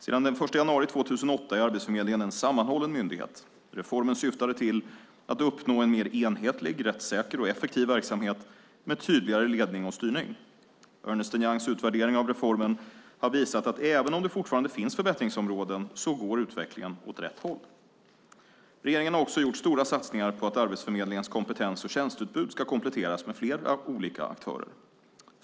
Sedan den 1 januari 2008 är Arbetsförmedlingen en sammanhållen myndighet. Reformen syftade till att uppnå en mer enhetlig, rättssäker och effektiv verksamhet med tydligare ledning och styrning. Ernst & Youngs utvärdering av reformen har visat att även om det fortfarande finns förbättringsområden går utvecklingen åt rätt håll. Regeringen har också gjort stora satsningar på att Arbetsförmedlingens kompetens och tjänsteutbud ska kompletteras med flera olika aktörer.